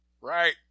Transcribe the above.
Right